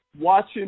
watching